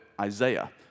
Isaiah